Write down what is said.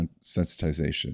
sensitization